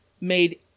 made